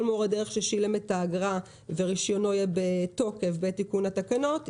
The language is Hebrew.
כל מורה דרך ששילם את האגרה ורישיונו יהיה בתוקף בתיקון התקנות,